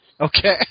Okay